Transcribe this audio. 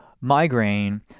migraine